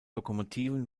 lokomotiven